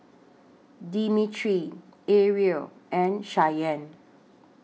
Demetri Aria and Shyanne